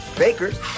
bakers